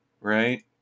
right